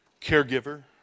Caregiver